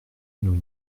nous